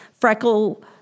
Freckle